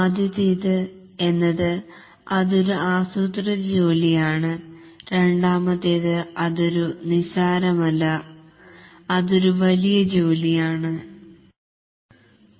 ആദ്യത്തേത് എന്നത് അതൊരു ആസൂത്രിത ജോലി ആണ് രണ്ടാമത്തേതു അതൊരു നിസാരമല്ലാത്തതു അതൊരു വലിയ ജോലി ആണ്